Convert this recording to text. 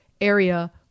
area